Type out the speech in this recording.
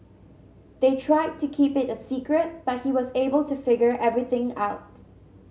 they tried to keep it a secret but he was able to figure everything out